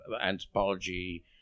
anthropology